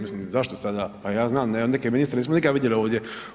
Mislim zašto sada, pa ja znam neke ministre nismo nikad vidjeli ovdje.